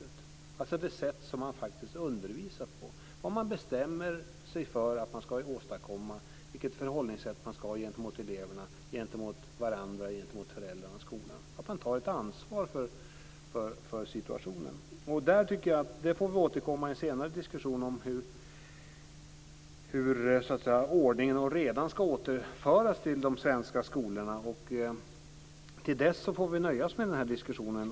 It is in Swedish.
Det handlar om det sätt som man faktiskt undervisar på, vad man bestämmer sig för att åstadkomma och vilket förhållningssätt man ska ha gentemot eleverna, gentemot varandra, gentemot föräldrarna och gentemot skolan och att man tar ett ansvar för situationen. Vi får återkomma i en senare diskussion till hur ordningen och redan ska återföras till de svenska skolorna. Jag ser fram emot den, men till dess får vi nöja oss med den här diskussionen.